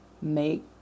make